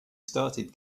started